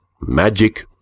magic